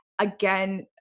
again